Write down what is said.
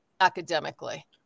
academically